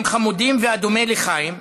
הם חמודים ואדומי לחיים,